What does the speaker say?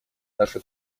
наше